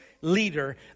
leader